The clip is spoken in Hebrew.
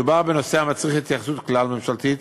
מדובר בנושא המצריך התייחסות כלל-ממשלתית